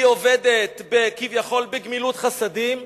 היא עובדת כביכול בגמילות חסדים,